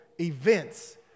events